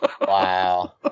Wow